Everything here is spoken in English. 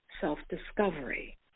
self-discovery